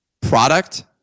product